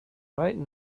right